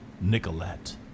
Nicolette